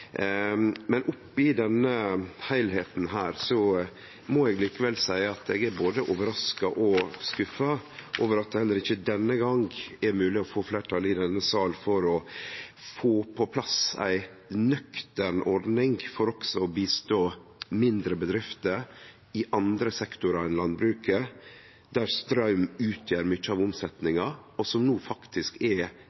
Men oppe i denne heilskapen må eg likevel seie at eg er både overraska og skuffa over at det heller ikkje denne gongen er mogleg å få fleirtal i denne salen for å få på plass ei nøktern ordning for også å hjelpe mindre bedrifter i andre sektorar enn landbruket, der straum utgjer mykje av